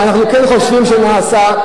אנחנו כן חושבים שנעשה,